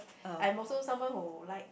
I'm also someone who like